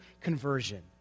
conversion